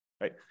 right